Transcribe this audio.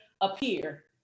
appear